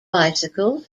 bicycles